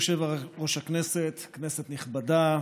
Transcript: אדוני יושב-ראש הכנסת, כנסת נכבדה,